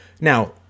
Now